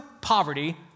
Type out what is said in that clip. poverty